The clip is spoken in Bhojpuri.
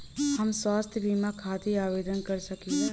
हम स्वास्थ्य बीमा खातिर आवेदन कर सकीला?